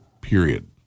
period